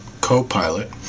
co-pilot